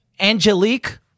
Angelique